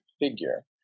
figure